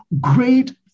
great